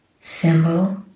symbol